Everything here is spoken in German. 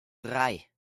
drei